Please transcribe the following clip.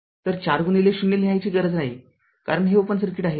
तर४गुणिलें ० लिहायची गरज नाही कारण हे ओपन सर्किट आहे